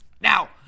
Now